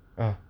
ah